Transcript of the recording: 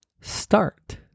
start